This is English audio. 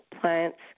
plants